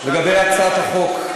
לגבי הצעת החוק,